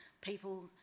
people